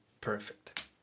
perfect